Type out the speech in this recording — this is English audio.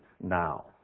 now